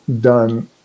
done